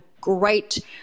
great